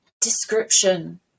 description